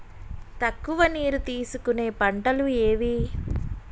తక్కువ నీరు తీసుకునే పంటలు ఏవి?